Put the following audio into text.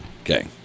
Okay